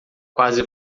quase